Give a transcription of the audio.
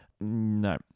no